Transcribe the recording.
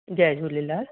Jay Jhulelal